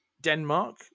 Denmark